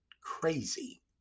crazy